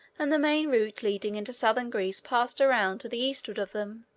and the main route leading into southern greece passed around to the eastward of them,